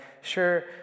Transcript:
sure